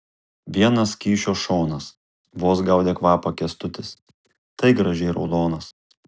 vienas kyšio šonas vos gaudė kvapą kęstutis tai gražiai raudonas